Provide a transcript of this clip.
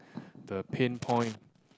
the pain point